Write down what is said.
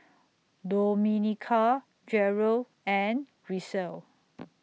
Domenica Jerel and Grisel